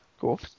Cool